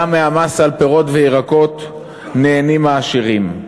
גם מהמס על פירות וירקות נהנים העשירים.